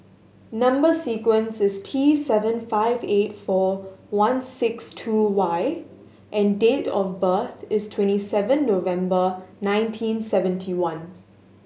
number sequence is T seven five eight four one six two Y and date of birth is twenty seven November nineteen seventy one